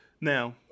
Now